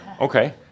Okay